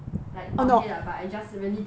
like not hate lah but I just really dislike